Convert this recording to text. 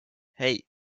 hei